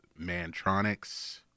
mantronics